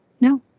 No